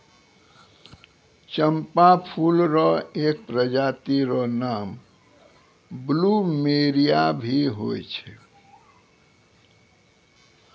चंपा फूल र एक प्रजाति र नाम प्लूमेरिया भी होय छै